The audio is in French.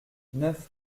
neuf